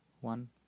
one